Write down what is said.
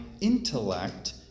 intellect